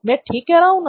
मैं ठीक कह रहा हूं ना